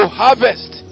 harvest